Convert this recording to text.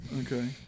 Okay